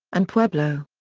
and pueblo.